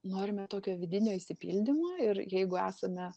norime tokio vidinio išsipildymo ir jeigu esame